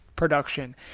production